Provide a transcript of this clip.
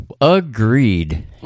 agreed